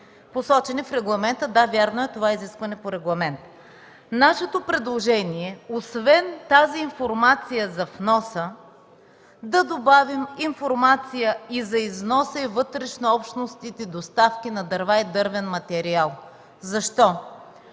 посочени в регламента. Да, вярно е, това е изискване по регламент. Нашето предложение, освен тази информация за вноса, да добавим информация и за износа и вътрешнообщностните доставки на дърва и дървен материал. Защо?